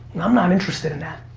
i'm not interested in that.